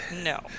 No